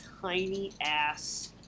tiny-ass